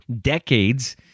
decades